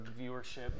viewership